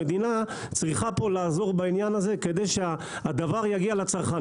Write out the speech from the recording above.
המדינה צריכה פה לעזור בעניין הזה כדי שהדבר יגיע לצרכן.